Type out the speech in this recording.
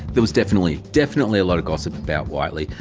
there was definitely, definitely a lot of gossip about whiteley.